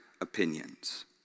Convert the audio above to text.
opinions